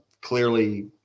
Clearly